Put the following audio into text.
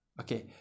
okay